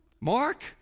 Mark